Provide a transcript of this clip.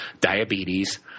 diabetes